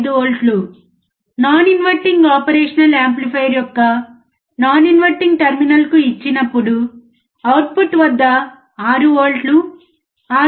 5 వోల్ట్లు non inverting operation amplifier యొక్క non inverting టెర్మినల్కు ఇచ్చినప్పుడు అవుట్పుట్ వద్ద 6 వోల్ట్ల 6